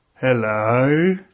hello